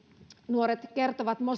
nuoret kertovat